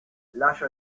lascia